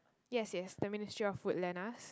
yes yes the ministry of food Lena's